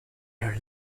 her